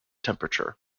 temperature